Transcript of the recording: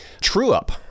true-up